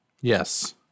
yes